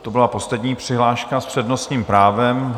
To byla poslední přihláška s přednostním právem.